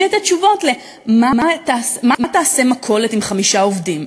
בלי לתת תשובות: מה תעשה מכולת עם חמישה עובדים,